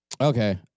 Okay